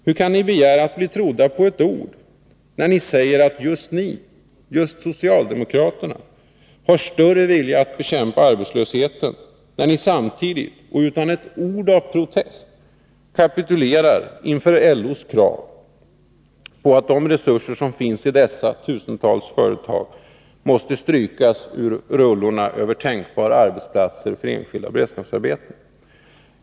Hur kan ni begära att bli trodda på ert ord, när ni säger att just ni socialdemokrater har större vilja att bekämpa arbetslösheten, när ni samtidigt och utan ett ord av protest kapitulerar inför LO:s krav för att de resurser som finns i dessa tusentals företag måste strykas ur rullorna över tänkbara arbetsplatser för enskilda beredskapsarbeten?